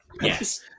Yes